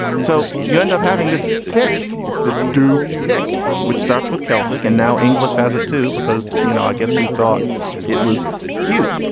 so you end up having this tick. it's this do tick which starts with celtic. and now english has it, too, because, you know, i guess we thought it was cute.